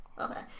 okay